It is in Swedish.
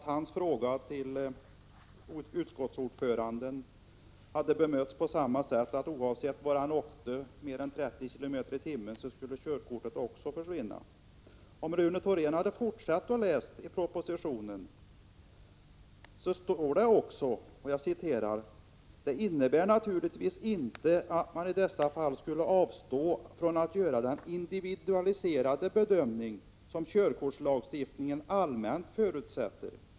På sin fråga till utskottets ordförande fick han till svar att körkortet skulle ha återkallats oavsett var hastighetsöverträdelsen skulle ha ägt rum. Propositionen fortsätter: ”Vad jag nu sagt innebär naturligtvis inte att man i dessa fall skulle avstå från att göra den individualiserade bedömning som körkortslagstiftningen allmänt förutsätter.